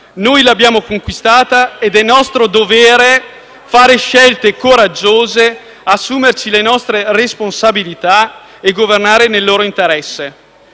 Noi l'abbiamo conquistata ed è nostro dovere fare scelte coraggiose, assumerci le nostre responsabilità e governare nell'interesse